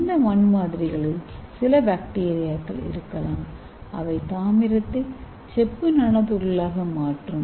இந்த மண்மாதிரிகளில் சில பாக்டீரியாக்கள் இருக்கலாம் அவை தாமிரத்தை செப்பு நானோதுகள்களாக மாற்றும்